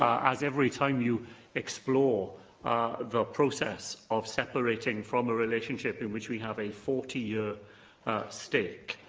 as, every time you explore the process of separating from a relationship in which we have a forty year stake,